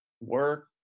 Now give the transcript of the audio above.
work